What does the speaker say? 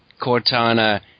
Cortana